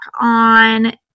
on